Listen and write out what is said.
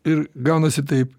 ir gaunasi taip